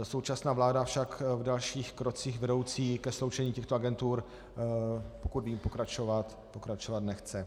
Současná vláda však v dalších krocích vedoucích k sloučení těchto agentur, pokud vím, pokračovat nechce.